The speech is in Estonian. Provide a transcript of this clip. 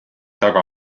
taga